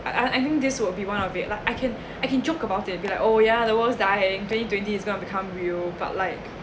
I I think this will be one of it lah I can I can joke about it be like oh yeah the world's dying twenty twenty is going become real but like